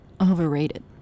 overrated